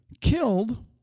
killed